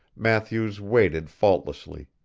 matthews waited faultlessly